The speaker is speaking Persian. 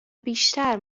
بیشتر